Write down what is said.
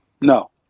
no